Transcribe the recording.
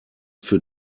für